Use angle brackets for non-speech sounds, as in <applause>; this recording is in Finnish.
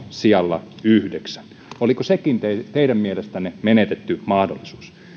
<unintelligible> sijalla yhdeksän oliko sekin teidän mielestänne menetetty mahdollisuus